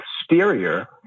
exterior